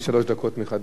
אני לא, סליחה.